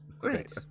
Great